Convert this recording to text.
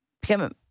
become